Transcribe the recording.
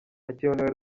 hakenewe